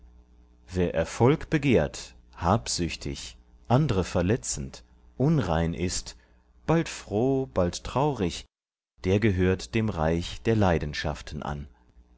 wer erfolg begehrt habsüchtig andre verletzend unrein ist bald froh bald traurig der gehört dem reich der leidenschaften an